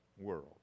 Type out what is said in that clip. world